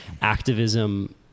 activism